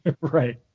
Right